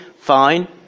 fine